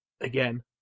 again